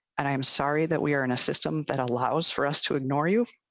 and i'm sorry that we are in a system that allows for us to ignore you.